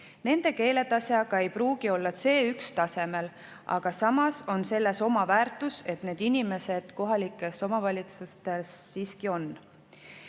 Nende keeletase aga ei pruugi olla C1‑tasemel, kuid samas on selles oma väärtus, et need inimesed siiski kohalikes omavalitsustes